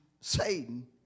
Satan